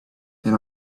than